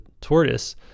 tortoise